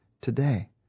today